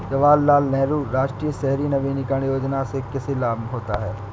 जवाहर लाल नेहरू राष्ट्रीय शहरी नवीकरण योजना से किसे लाभ होता है?